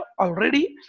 already